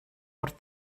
wrth